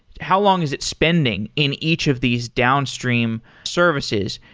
how long is it spending in each of these downstream services.